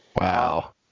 Wow